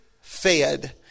fed